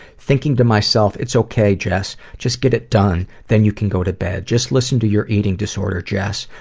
thinking to myself, it's okay jess, just get it done, then you can go to bed. just listen to your eating disorder jess,